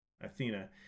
Athena